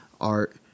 Art